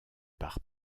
par